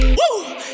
woo